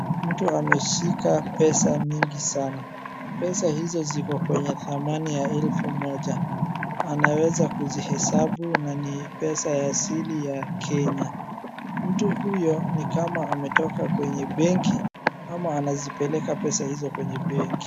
Mtu ameshika pesa mingi sana. pesa hizo ziko kwenye dhamani ya elfu moja